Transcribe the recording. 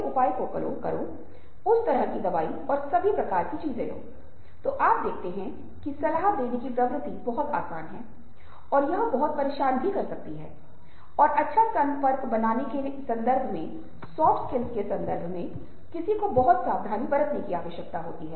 जब आप पाते हैं कि किसी को बहुत कठिनाई हो रही है जो एक हकलाने वाला व्यक्ति है जब वह व्यक्ति बोलता है तो आप अचानक पा सकते हैं कि आप चुपचाप उन शब्दों को मुंह में लेने की कोशिश कर रहे हैं जैसे आप अप्रत्यक्ष रूप से मदद करने की कोशिश कर रहा है अब यह मिररिंग हो जाता है